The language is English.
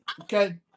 okay